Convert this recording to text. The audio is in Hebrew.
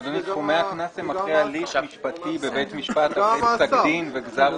סכומי הקנס הם אחרי הליך משפטי בבית משפט אחרי פסק דין וגזר דין.